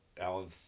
Alan's